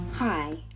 Hi